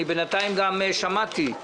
בינתיים גם שמעתי,